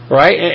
right